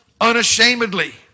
unashamedly